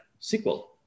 SQL